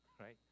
right